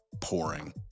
pouring